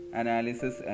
analysis